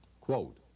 Quote